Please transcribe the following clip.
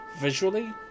visually